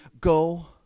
go